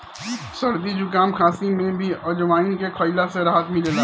सरदी जुकाम, खासी में भी अजवाईन के खइला से राहत मिलेला